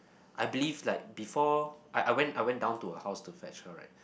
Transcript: I believe like before I went I went down to her house to fetch her right